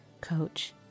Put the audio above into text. coach